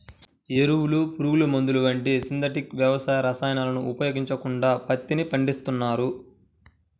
ఎరువులు, పురుగుమందులు వంటి సింథటిక్ వ్యవసాయ రసాయనాలను ఉపయోగించకుండా పత్తిని పండిస్తున్నారు